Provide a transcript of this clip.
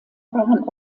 waren